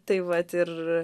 tai vat ir